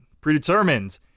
Predetermined